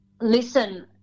listen